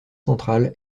centrale